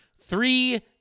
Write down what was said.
three